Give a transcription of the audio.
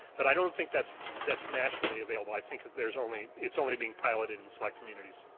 but i don't think that's that's nationally available i think there's only, it's only being piloted in select communities.